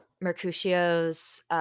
Mercutio's